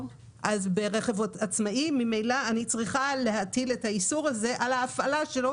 ברכב עצמאי ממילא אני צריכה להטיל את האיסור על ההפעלה שלו,